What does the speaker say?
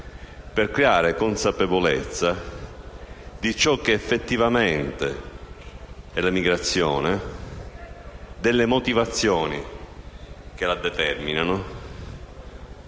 per creare consapevolezza di ciò che effettivamente è la migrazione e delle motivazioni che la determinano,